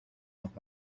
noch